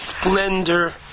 splendor